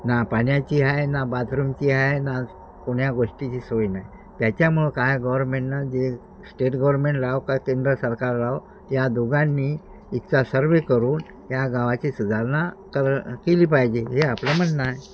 ना पाण्याची आहे ना बाथरूमची आहे ना कोण्या गोष्टीची सोय नाही त्याच्यामुळं काय गवरमेंटनं जे स्टेट गवरमेंट लाव काय केंद्र सरकार लाव या दोघांनी इथचा सर्वे करून या गावाची सुधारणा कर केली पाहिजे हे आपलं म्हणणं आहे